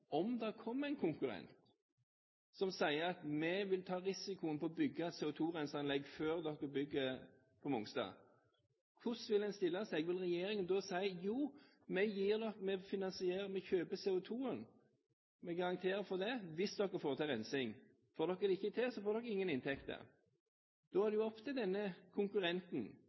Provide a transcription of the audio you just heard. om det kom en konkurrent som sier: Vi vil ta risikoen ved å bygge et CO2-renseanlegg før dere bygger på Mongstad. Hvordan ville regjeringen stille seg til det? Sett at den da ville si: Jo, vi gir dere finansiering, vi kjøper CO2-en. Vi garanterer for det, hvis dere får til rensing. Får dere det ikke til, får dere ingen inntekter. Da er det jo opp til denne konkurrenten